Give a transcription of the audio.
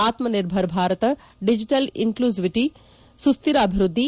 ಆತ್ನ Nirbhar Bharat digital inclusivity ಸುಶ್ಮಿರ ಅಭಿವೃದ್ದಿ